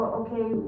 okay